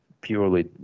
purely